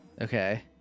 Okay